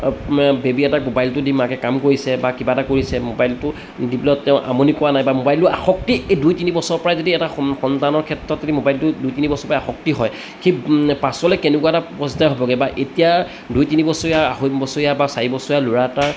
baby এটাৰ মোবাইলটো দি মাকে কাম কৰিছে বা কিবা এটা কৰিছে মোবাইলটো দিবলৈ তেওঁ আমনি কৰা নাই বা মোবাইলটো আসক্তি এই দুই তিনি বছৰৰ পৰাই যদি এটা সন সন্তানৰ ক্ষেত্ৰত যদি মোবাইলটো দুই তিনি বছৰ পৰা আসক্তি হয় সি পাছলৈ কেনেকুৱা এটা পয্য়ায় হ'বগৈ বা এতিয়া দুই তিনিবছৰীয়া আঢ়ৈবছৰীয়া বা চাৰিবছৰীয়া ল'ৰা এটাৰ